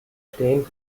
stehen